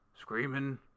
screaming